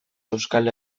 euskal